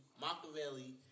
Machiavelli